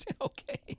okay